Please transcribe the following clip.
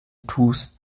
tust